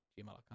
gmail.com